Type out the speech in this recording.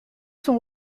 sont